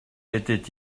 était